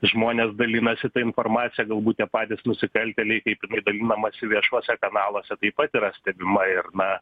žmonės dalinasi ta informacija galbūt tie patys nusikaltėliai kaip dalinamasi viešuose kanaluose taip pat yra stebima ir na